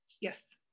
Yes